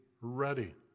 ready